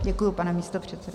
Děkuji, pane místopředsedo.